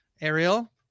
Ariel